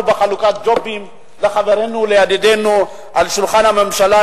בחלוקת ג'ובים לחברינו ולידידינו בשולחן הממשלה?